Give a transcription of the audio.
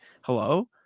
Hello